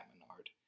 Menard